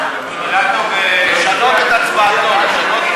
לשנות את הצבעתו.